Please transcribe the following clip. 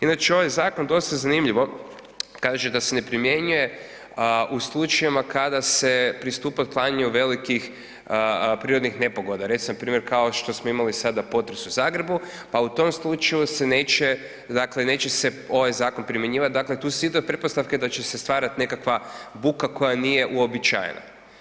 Inače, ovaj zakon, dosta zanimljivo, kaže da se ne primjenjuje u slučajevima kada se pristupa uklanjanju velikih prirodnih nepogoda, recimo, kao što smo imali sada potres u Zagrebu, pa u tom slučaju se neće dakle neće se ovaj zakon primjenjivati, dakle tu se ide od pretpostavke da će se stvarati nekakva buka koja nije uobičajena.